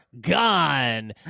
gone